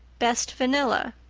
best vanilla.